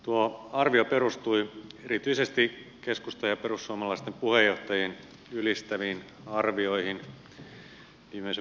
tuo arvio perustui erityisesti keskustan ja perussuomalaisten puheenjohtajien ylistäviin arvioihin viimeisen vuoden ajalta